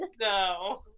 No